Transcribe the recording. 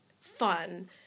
fun